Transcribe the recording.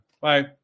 Bye